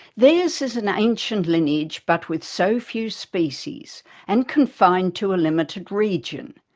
theirs is an ancient lineage but with so few species and confined to a limited region.